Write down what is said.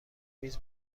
میز